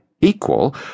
equal